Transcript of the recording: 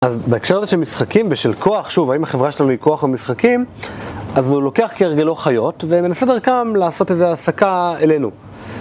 אז בהקשר לזה שמשחקים ושל כוח, שוב, האם החברה שלנו היא כוח ומשחקים? אז הוא לוקח כהרגלו חיות ומנסה דרכם לעשות איזו הסקה אלינו.